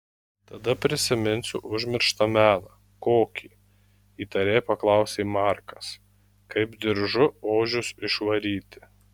tada prisiminsiu užmirštą meną kokį įtariai paklausė markas kaip diržu ožius išvaryti